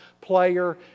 player